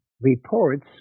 reports